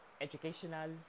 educational